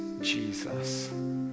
Jesus